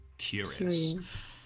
Curious